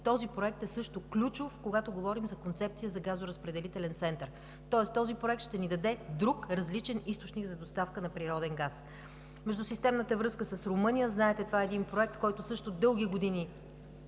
този проект е също ключов, когато говорим за концепция за газоразпределителен център, тоест този проект ще ни даде друг, различен източник за доставка на природен газ. Междусистемната връзка с Румъния – знаете, това е проект, който също дълги години